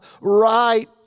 right